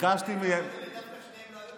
דווקא שניהם לא היו.